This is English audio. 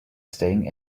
staying